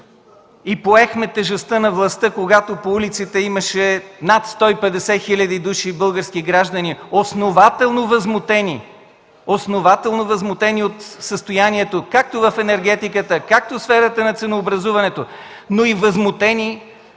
и поехме тежестта на властта, когато по улиците имаше над 150 хил. души български граждани, основателно възмутени от състоянието както в енергетиката, както в сферата на ценообразуването, но и възмутени